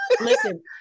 Listen